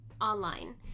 online